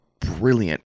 brilliant